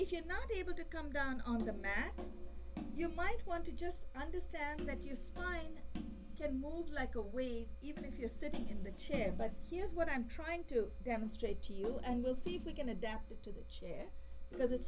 if you're not able to come down on the mat you might want to just understand that your spine can move like a wary even if you're sitting in the chair but here's what i'm trying to demonstrate to you and we'll see if we can adapt it to the chair because it's